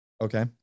Okay